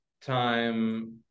time